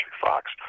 Fox